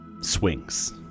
swings